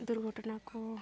ᱫᱩᱨᱜᱷᱚᱴᱚᱱᱟ ᱠᱚ